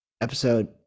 episode